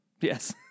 Yes